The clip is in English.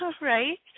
Right